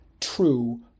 true